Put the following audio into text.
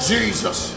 Jesus